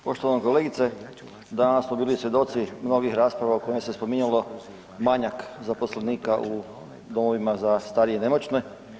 Poštovana kolegice, danas smo bili svjedoci mnogih rasprava u kojima se spominjalo manjak zaposlenika u domovima za starije i nemoćne.